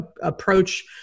approach